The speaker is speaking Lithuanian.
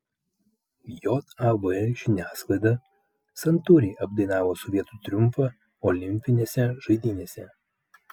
jav žiniasklaida santūriai apdainavo sovietų triumfą olimpinėse žaidynėse